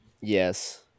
Yes